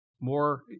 more